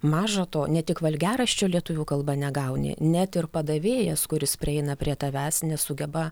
maža to ne tik valgiaraščio lietuvių kalba negauni net ir padavėjas kuris prieina prie tavęs nesugeba